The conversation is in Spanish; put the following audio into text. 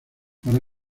para